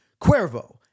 Cuervo